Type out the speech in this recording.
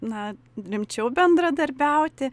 na rimčiau bendradarbiauti